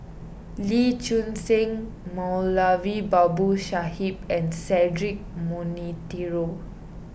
Lee Choon Seng Moulavi Babu Sahib and Cedric Monteiro